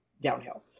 downhill